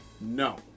No